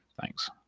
Thanks